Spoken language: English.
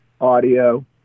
audio